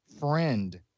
friend